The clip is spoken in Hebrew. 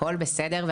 והכל בסדר,